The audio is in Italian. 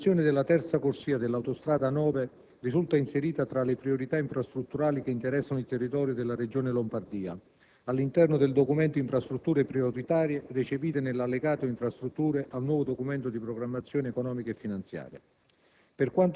La realizzazione della terza corsia dell'autostrada A9 risulta inserita tra le priorità infrastrutturali che interessano il territorio della Regione Lombardia, all'interno de! documento "Infrastrutture prioritarie" recepito nell'"allegato Infrastrutture" al nuovo Documento di programmazione economico-finanziaria.